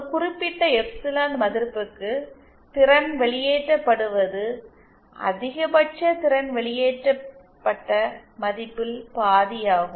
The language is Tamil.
ஒரு குறிப்பிட்ட எப்சிலன் மதிப்பிற்கு திறன் வெளியேற்றப்படுவது அதிகபட்ச திறன் வெளியேற்றப்பட்ட மதிப்பில் பாதி ஆகும்